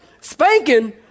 Spanking